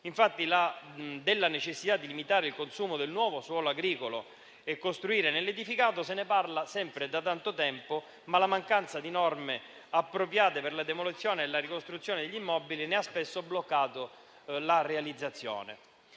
Infatti, della necessità di limitare il consumo di nuovo suolo agricolo e di costruire nell'edificato si parla sempre da tanto tempo, ma la mancanza di norme appropriate per la demolizione e la ricostruzione degli immobili ne ha spesso bloccato la realizzazione.